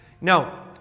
Now